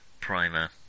Primer